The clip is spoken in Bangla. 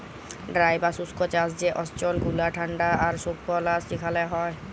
ড্রাই বা শুস্ক চাষ যে অল্চল গুলা ঠাল্ডা আর সুকলা সেখালে হ্যয়